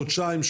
חודשיים,